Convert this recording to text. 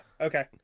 Okay